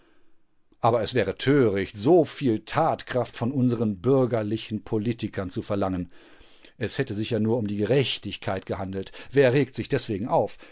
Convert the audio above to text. aber es wäre töricht so viel tatkraft von unseren bürgerlichen politikern zu verlangen es hätte sich ja nur um die gerechtigkeit gehandelt wer regt sich deswegen auf